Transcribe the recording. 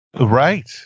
Right